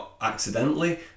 accidentally